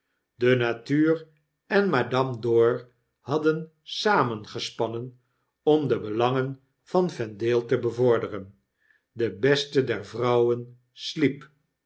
de natuur en madame dor hadden samengespannen om de belangen van vendaie te bevorderen de beste der vrouwen sliep